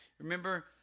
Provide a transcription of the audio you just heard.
Remember